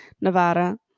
Nevada